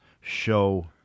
show